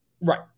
Right